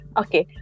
okay